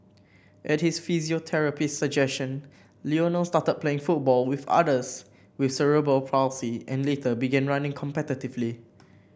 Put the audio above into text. at his physiotherapist's suggestion Lionel started playing football with others with cerebral palsy and later began running competitively